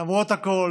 למרות הכול,